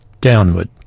Downward